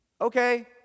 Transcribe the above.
okay